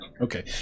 Okay